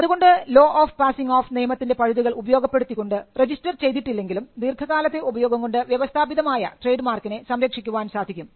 അതുകൊണ്ട് law of passing off നിയമത്തിൻറെ പഴുതുകൾ ഉപയോഗപ്പെടുത്തിക്കൊണ്ട് രജിസ്റ്റർ ചെയ്തിട്ടില്ലെങ്കിലും ദീർഘകാലത്തെ ഉപയോഗം കൊണ്ട് വ്യവസ്ഥാപിതമായ ട്രേഡ് മാർക്കിനെ സംരക്ഷിക്കുവാൻ സാധിക്കും